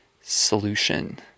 solution